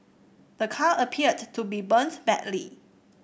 the car appeared to be burnt badly